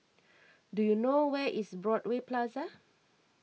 do you know where is Broadway Plaza